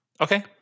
Okay